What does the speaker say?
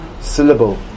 syllable